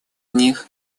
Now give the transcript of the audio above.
них